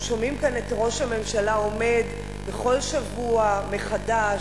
אנחנו שומעים כאן את ראש הממשלה עומד בכל שבוע מחדש,